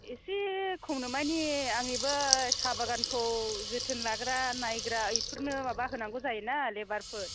एसे खमायनो माने आंनि बै साहा बागानखौ जोथोन लाग्रा नायग्रा बेफोरनो माबा होनांगौ जायो ना लेबारफोर